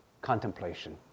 contemplation